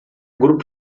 grupo